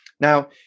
Now